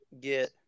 get